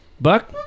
Buck